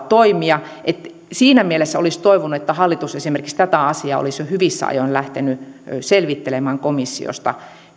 toimia siinä mielessä olisi toivonut että hallitus esimerkiksi tätä asiaa olisi jo hyvissä ajoin lähtenyt selvittelemään komissiosta